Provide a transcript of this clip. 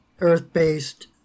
earth-based